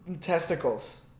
testicles